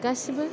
गासैबो